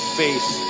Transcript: face